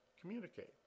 communicate